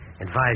advise